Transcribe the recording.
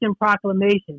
proclamation